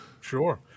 Sure